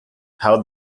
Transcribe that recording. how